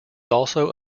also